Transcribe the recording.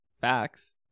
facts